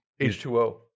h2o